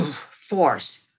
force